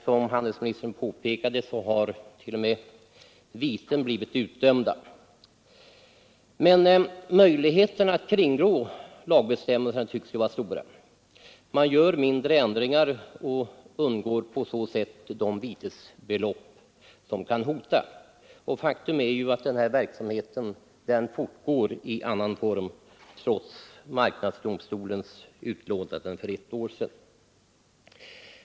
Som handelsministern påpekade har t.o.m. viten blivit utdömda. Men möjligheterna att kringgå lagbestämmelserna tycks vara stora. Man gör mindre ändringar och undgår på det sättet att betala de viten som kan hota. Faktum är att denna verksamhet fortgår i annan form, trots marknadsdomstolens utlåtande för ett år sedan.